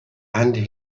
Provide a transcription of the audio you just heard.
and